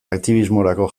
aktibismorako